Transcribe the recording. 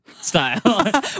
style